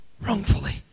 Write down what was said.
Wrongfully